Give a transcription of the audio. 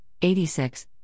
86